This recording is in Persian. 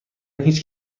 هیچ